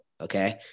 Okay